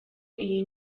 iyi